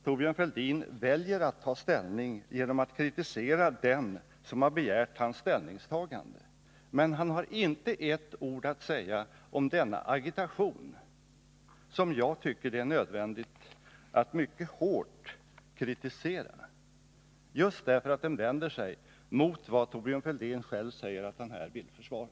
Thorbjörn Fälldin väljer att ta ställning genom att kritisera den som har begärt hans ställningstagande, men han har inte ett ord att säga om den agitation som jag nämnt och som jag tycker det är nödvändigt att mycket hårt kritisera, just därför att den vänder sig mot vad Thorbjörn Fälldin själv säger att han vill försvara.